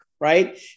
right